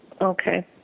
okay